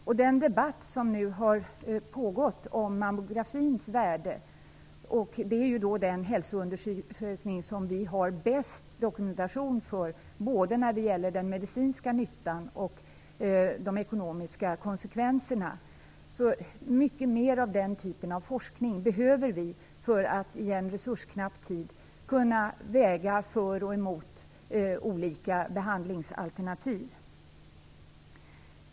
Det har pågått en debatt om mammografins värde. Mammografin är ju den hälsoundersökning som vi har bäst dokumentation om både när det gäller den medicinska nyttan och de ekonomiska konsekvenserna. Det behövs mycket mer forskning av den typen för att vi i en resursknapp tid skall kunna göra en avvägning mellan argumenten för och emot olika behandlingsalternativ.